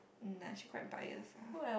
mm like she quite biased ah